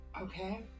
Okay